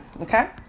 Okay